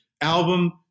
album